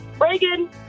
Reagan